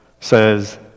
says